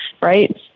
right